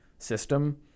system